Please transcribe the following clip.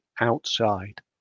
outside